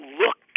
look